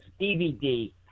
DVD